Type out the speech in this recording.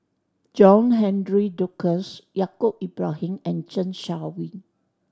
John Henry Duclos Yaacob Ibrahim and Zeng Shouyin